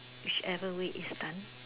whichever way is done